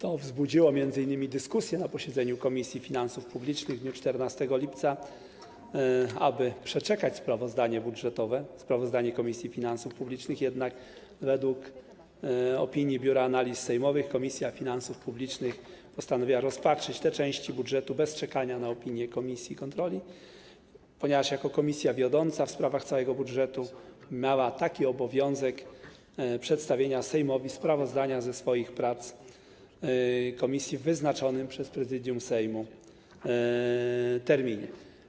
To wzbudziło m.in. dyskusję na posiedzeniu Komisji Finansów Publicznych w dniu 14 lipca, aby przeczekać sprawozdanie Komisji Finansów Publicznych, jednak na podstawie opinii Biura Analiz Sejmowych Komisja Finansów Publicznych postanowiła rozpatrzyć te części budżetu bez czekania na opinię komisji kontroli, ponieważ jako komisja wiodąca w sprawach całego budżetu miała obowiązek przedstawienia Sejmowi sprawozdania ze swoich prac w wyznaczonym przez Prezydium Sejmu terminie.